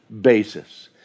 basis